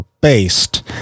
based